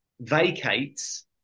vacates